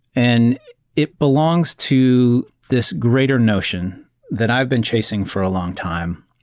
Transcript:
and it belongs to this greater notion that i've been chasing for a long time,